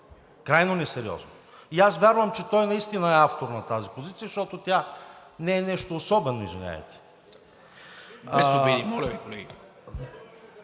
Крайно несериозно. И аз вярвам, че той наистина е автор на тази позиция, защото тя не е нещо особено, извинявайте.